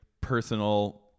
personal